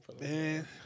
man